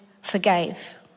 forgave